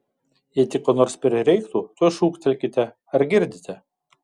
jei tik ko nors prireiktų tuoj šūktelkite ar girdite